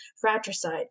fratricide